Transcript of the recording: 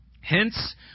Hence